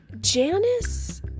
Janice